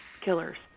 killers